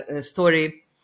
story